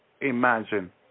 imagine